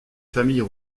familles